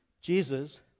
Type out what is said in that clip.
Jesus